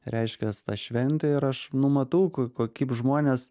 reiškias ta šventė ir aš nu matau ko ko kaip žmonės